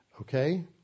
Okay